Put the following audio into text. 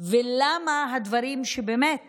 ולמה הדברים שבאמת